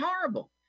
horrible